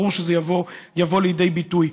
ברור שזה יבוא לידי ביטוי.